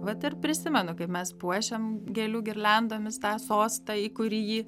vat ir prisimenu kaip mes puošėm gėlių girliandomis tą sostą į kurį jį